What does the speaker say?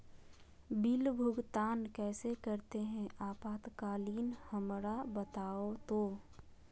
Bill भुगतान कैसे करते हैं आपातकालीन हमरा बताओ तो?